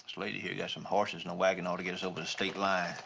lady here's got some horses and a wagon. ought to get us over the state line.